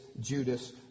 Judas